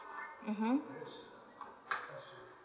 mmhmm